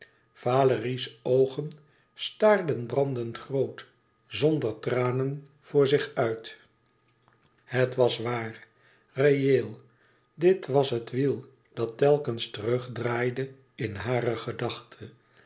gewekt valérie's oogen staarden brandend groot zonder tranen voor zich uit het was waar reëel dit was het wiel dat telkens terugdraaide in hare gedachte